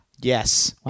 Yes